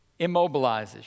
immobilizes